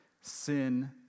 Sin